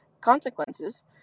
consequences